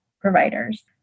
providers